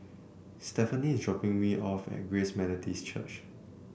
Stefani is dropping me off at Grace Methodist Church